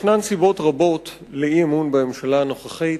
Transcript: ישנן סיבות רבות לאי-אמון בממשלה הנוכחית.